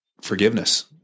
forgiveness